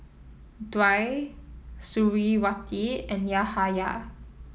Dwi Suriawati and Yahaya